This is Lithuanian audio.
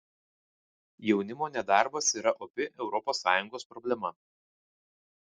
jaunimo nedarbas yra opi europos sąjungos problema